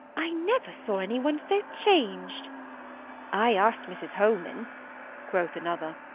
i never saw any one so changed i asked mrs holman quoth another,